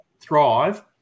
thrive